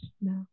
no